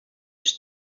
his